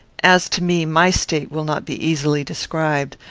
as to me, my state will not be easily described.